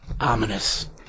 ominous